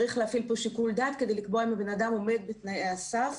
צריך להפעיל פה שיקול דעת כדי לקבוע אם הבן אדם עומד בתנאי הסף.